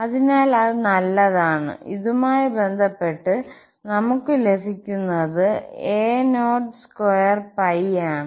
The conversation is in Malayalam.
അതിനാൽ അത് നല്ലതാണ് ഇതുമായി ബന്ധപ്പെട്ട് നമുക് ലഭിക്കുന്നത് a02 ആണ്